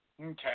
Okay